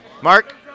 Mark